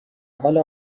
حال